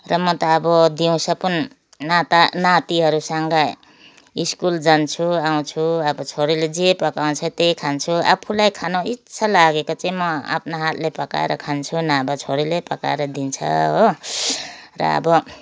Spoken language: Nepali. र म त अब दिउँसो पनि नाता नातिहरूसँग स्कूल जान्छु आउँछु अब छोरीले जे पकाउँछ त्यही खान्छु आफूलाई खानु इच्छा लागेको चाहिँ म आफ्नो हातले पकाएर खान्छु नभए छोरीले पकाएर दिन्छ हो र अब